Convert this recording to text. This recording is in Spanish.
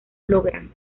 logran